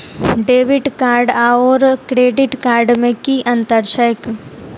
Debit card आओर credit card मे की अन्तर छैक?